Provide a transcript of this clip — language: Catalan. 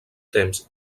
temps